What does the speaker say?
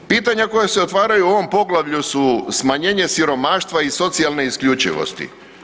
Pitanja koja se otvaraju u ovom poglavlju su smanjenje siromaštva i socijalne isključivosti.